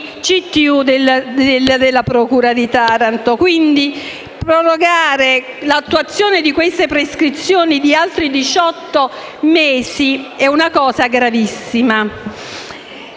CTU della procura di Taranto. Quindi, prorogare l'attuazione di queste prescrizioni di altri diciotto mesi è gravissimo.